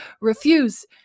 refuse